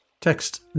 Text